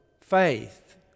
faith